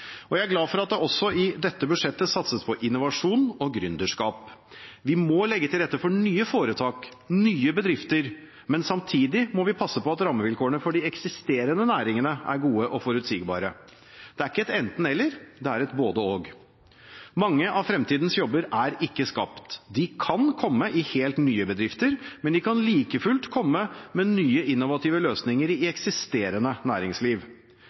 kommer. Jeg er glad for at det også i dette budsjettet satses på innovasjon og gründerskap. Vi må legge til rette for nye foretak, nye bedrifter, men samtidig må vi passe på at rammevilkårene for de eksisterende næringene er gode og forutsigbare. Det er ikke et enten – eller, det er et både – og. Mange av fremtidens jobber er ikke skapt. De kan komme i helt nye bedrifter, men de kan like fullt komme med nye, innovative løsninger i eksisterende næringsliv.